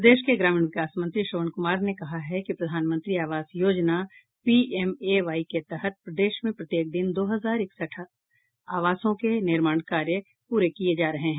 प्रदेश के ग्रामीण विकास मंत्री श्रवण क्मार ने कहा है कि प्रधानमंत्री आवास योजना पीएमएवाई के तहत प्रदेश में प्रत्येक दिन दो हजार इकसठ आवासों के निर्माण कार्य पूर्ण किये जा रहे हैं